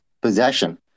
possession